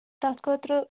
تَتھ خٲطرٕ